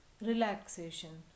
Relaxation